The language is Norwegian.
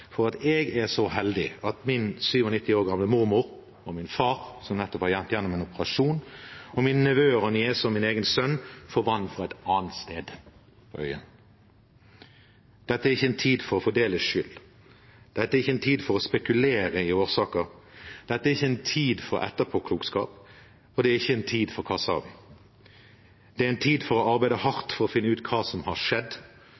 for at jeg er så heldig at min 97 år gamle mormor, min far, som nettopp har vært igjennom en operasjon, mine nevøer og nieser og min egen sønn får vann fra et annet sted. Dette er ikke en tid for å fordele skyld. Dette er ikke en tid for å spekulere i årsaker. Dette er ikke en tid for etterpåklokskap, og det er ikke en tid for «Hva sa vi?» Det er en tid for å arbeide hardt for å finne ut hva som har skjedd,